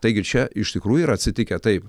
taigi čia iš tikrųjų yra atsitikę taip